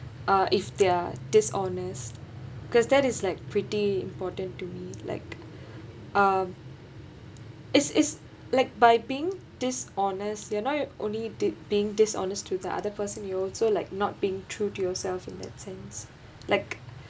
uh if they're dishonest cause that is like pretty important to me like um is is like by being dishonest you not only di~ being dishonest to the other person you also like not being true to yourself in that sense like